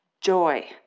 joy